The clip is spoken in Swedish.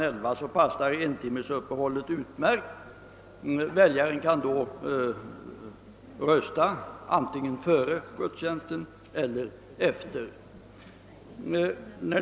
11, passar entimmesuppehållet utmärkt — väljarna kan då rösta antingen före gudstjänsten eller efter.